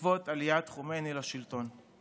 בעקבות עליית ח'ומייני לשלטון.